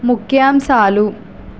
ముఖ్యాంసాలు